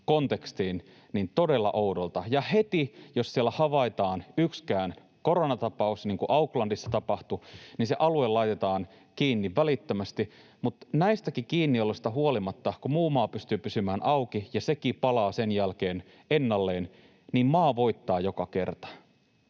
kontekstiin todella oudolta. Ja heti, jos siellä havaitaan yksikään koronatapaus, niin kuin Aucklandissa tapahtui, niin se alue laitetaan kiinni välittömästi, mutta näistäkin kiinnioloista huolimatta, kun muu maa pystyy pysymään auki ja sekin palaa sen jälkeen ennalleen, maa voittaa joka kerta.